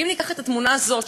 אם ניקח את התמונה הזאת,